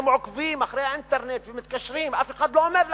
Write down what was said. הם עוקבים באינטרנט ומתקשרים, אף אחד לא אומר להם.